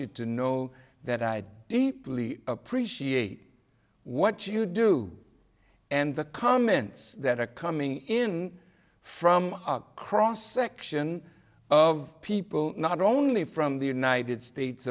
you to know that i deeply appreciate what you do and the comments that are coming in from cross section of people not only from the united states